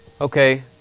Okay